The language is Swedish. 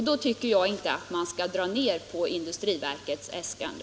Då tycker jag inte man skall pruta på industriverkets äskande.